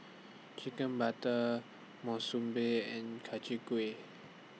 Chicken Butter Monsunabe and Gui